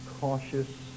cautious